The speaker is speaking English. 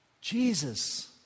Jesus